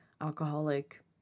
alcoholic